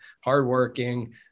hardworking